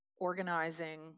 organizing